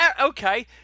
okay